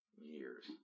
years